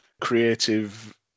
Creative